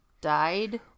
died